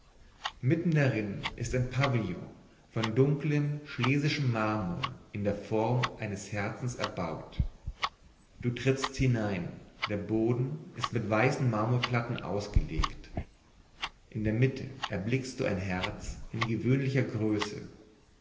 mitten darin ist ein pavillon von dunklem schlesischen marmor in der form eines herzens erbaut du tritts hinein der boden ist mit weißen marmorplatten ausgelegt in der mitte erblickst du ein herz in gewöhnlicher größe